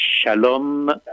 Shalom